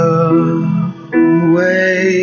away